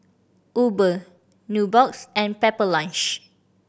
Uber Nubox and Pepper Lunch